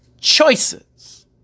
Choices